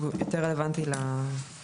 שהוא יותר רלוונטי לתחום של ההליך.